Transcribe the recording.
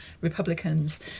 Republicans